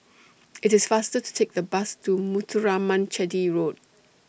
IT IS faster to Take The Bus to Muthuraman Chetty Road